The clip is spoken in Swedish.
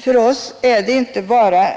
För oss är inte bara